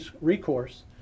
recourse